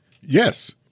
yes